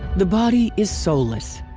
the body is soulless.